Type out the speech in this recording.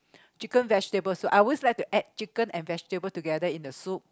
chicken vegetable soup I always like to add chicken and vegetable together in a soup